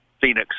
Phoenix